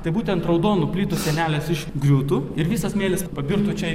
tai būtent raudonų plytų sienelės išgriūtų ir visas smėlis pabirtų čia